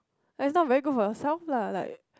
it's not very good for yourself lah like